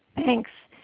thanks.